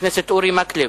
הנושא הבא: